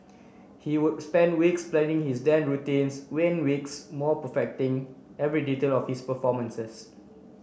he would spend weeks planning his routines when weeks more perfecting every detail of his performances